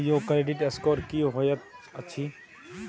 Sir यौ इ credit score की होयत छै?